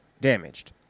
damaged